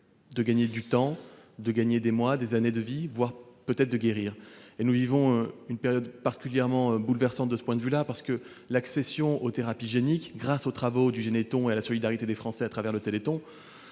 gagner du temps, des mois, des années de vie, voire pour guérir. Nous vivons une période particulièrement bouleversante à cet égard, car l'accès aux thérapies géniques, grâce aux travaux du Généthon et à la solidarité des Français à travers le Téléthon,